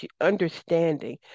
understanding